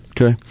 Okay